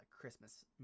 Christmas